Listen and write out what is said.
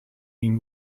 ihn